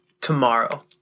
tomorrow